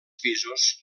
pisos